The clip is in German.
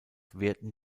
wehrten